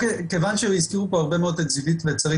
כיוון שהזכירו פה הרבה מאוד את זיוית ואת שרית